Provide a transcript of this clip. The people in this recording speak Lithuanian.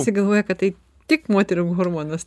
visi galvoja kad tai tik moterų hormonas